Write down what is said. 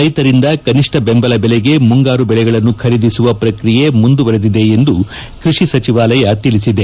ರೈತರಿಂದ ಕನಿಷ್ಠ ಬೆಂಬಲ ಬೆಲೆಗೆ ಮುಂಗಾರು ಬೆಳೆಗಳನ್ನು ಖರೀದಿಸುವ ಪ್ರಕ್ರಿಯೆ ಮುಂದುವರೆದಿದೆ ಎಂದು ಕೃಷಿ ಸಚಿವಾಲಯ ತಿಳಿಸಿದೆ